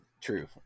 true